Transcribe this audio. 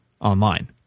online